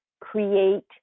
create